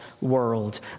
world